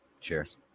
cheers